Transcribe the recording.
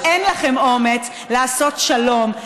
אבל אין לכם אומץ לעשות שלום.